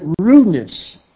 rudeness